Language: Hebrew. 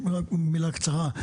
רק מילה קצרה.